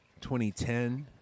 2010